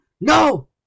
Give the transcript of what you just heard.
No